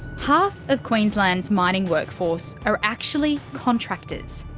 half of queensland's mining workforce are actually contractors.